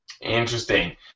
Interesting